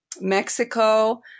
Mexico